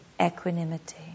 equanimity